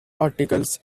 articles